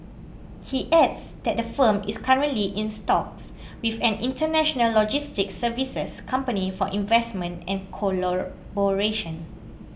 he adds that the firm is currently in talks with an international logistics services company for investment and collaboration